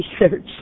research